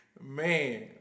man